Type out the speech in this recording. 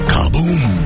Kaboom